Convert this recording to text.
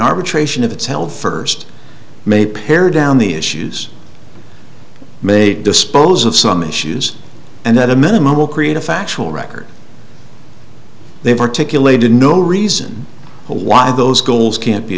arbitration if it's held first may pared down the issues may dispose of some issues and that a minimum will create a factual record they've articulated no reason why those goals can't be